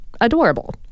Adorable